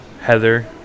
Heather